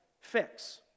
fix